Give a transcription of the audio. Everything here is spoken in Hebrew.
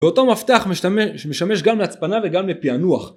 באותו מפתח שמשתמש גם להצפנה וגם לפענוח